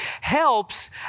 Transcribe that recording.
helps